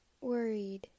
worried